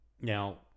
Now